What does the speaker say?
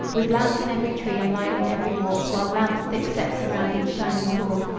with lamps in every tree and lining every walk, while lamps thick set surround each shining pool,